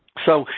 so,